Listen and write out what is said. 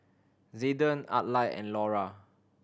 Zayden Adlai and Lura